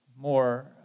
more